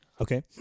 Okay